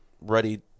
ready